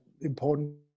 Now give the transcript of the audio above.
important